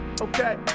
okay